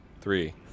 three